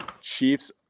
Chiefs